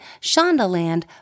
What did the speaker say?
Shondaland